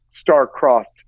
star-crossed